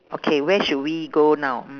okay where should we go now